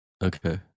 Okay